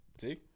See